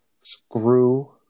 screw